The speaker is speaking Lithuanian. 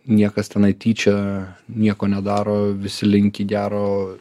niekas tenai tyčia nieko nedaro visi linki gero